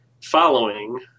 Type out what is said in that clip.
following